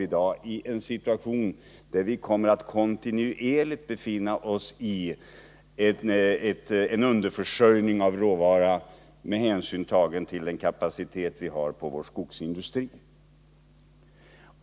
Vi kommer att befinna oss i en situation där vi kontinuerligt har en underförsörjning av råvara med hänsyn tagen till den kapacitet vår skogsindustri har.